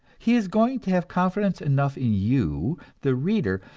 he is going to have confidence enough in you, the reader,